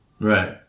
Right